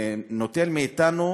ונוטל מאתנו